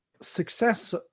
success